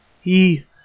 He